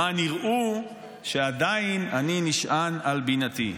למען יראו שעדיין אני נשען על בינתי".